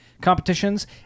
competitions